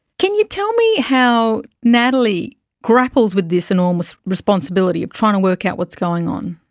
can you tell me how natalie grapples with this enormous responsibility of trying to work out what's going on?